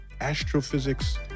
astrophysics